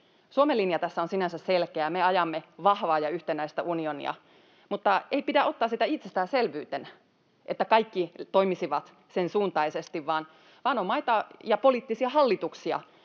Suomen linja tässä on sinänsä selkeä. Me ajamme vahvaa ja yhtenäistä unionia, mutta ei pidä ottaa itsestäänselvyytenä sitä, että kaikki toimisivat sen suuntaisesti, vaan on maita ja poliittisia hallituksia,